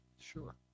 Sure